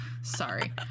Sorry